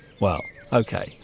well okay,